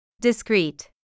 Discrete